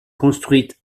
construites